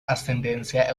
ascendencia